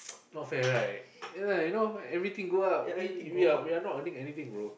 not fair right ya lah you know everything go up we we are we are not earning anything bro